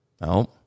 No